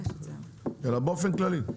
אלא באופן כללי.